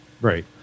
Right